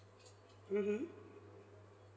mmhmm